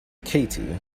katie